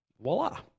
voila